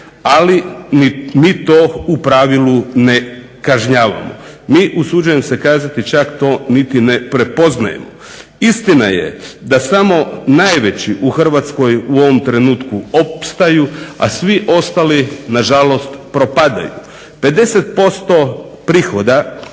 ali mi to u pravilu ne kažnjavamo. Mi usuđujem se to kazati čak niti ne prepoznajemo. Istina je da samo najveći u Hrvatskoj u ovom trenutku opstaju a svi ostali nažalost propadaju. 50% prihoda